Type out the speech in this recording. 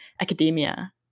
academia